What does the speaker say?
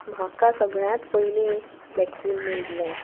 म्हाका सगळ्यांत पयलीं वॅक्सिन मेळिल्लें